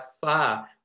far